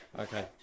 Okay